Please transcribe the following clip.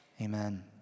Amen